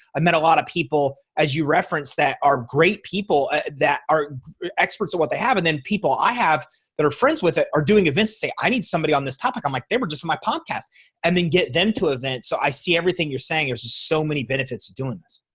i met a lot of people as you referenced that are great people that are experts in what they have and then people i have that are friends with it are doing events say i need somebody on this topic i'm like they were just my podcast and then get them to events. so i see everything you're saying there's so many benefits to doing this.